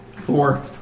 Four